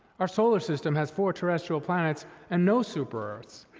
our solar system has four terrestrial planets and no super earths,